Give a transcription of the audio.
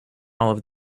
all